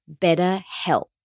BetterHelp